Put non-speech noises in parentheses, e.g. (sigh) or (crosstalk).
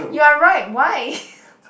you're right why (laughs)